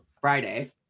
Friday